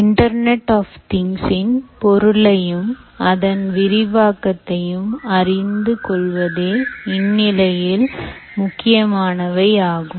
internet of things இன் பொருளையும் அதன் விரிவாக்கத் தையும் அறிந்து கொள்வதே இந்நிலையில் முக்கியமானவை ஆகும்